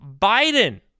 Biden—